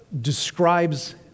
describes